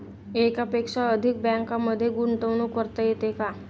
एकापेक्षा अधिक बँकांमध्ये गुंतवणूक करता येते का?